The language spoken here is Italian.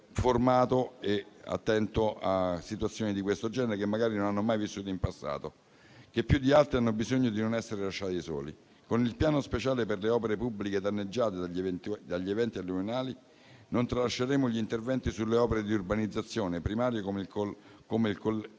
formato e attento a situazioni di questo genere, che magari non hanno mai vissuto in passato) che più di altri hanno bisogno di non essere lasciati da soli. Con il piano speciale per le opere pubbliche danneggiate dagli eventi alluvionali non tralasceremo gli interventi sulle opere di urbanizzazione primaria, come il collettamento